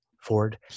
Ford